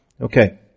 Okay